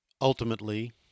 Ultimately